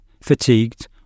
fatigued